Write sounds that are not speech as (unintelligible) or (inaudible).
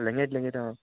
(unintelligible)